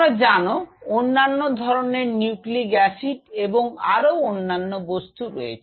তোমরা জানো অন্যান্য ধরনের নিউক্লিক অ্যাসিড এবং আরো অন্যান্য বস্তু রয়েছে